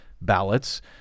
ballots